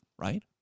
right